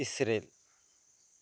Israel